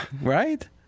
right